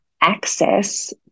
access